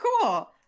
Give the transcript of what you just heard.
cool